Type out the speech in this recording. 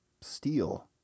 steel